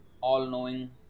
all-knowing